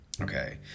okay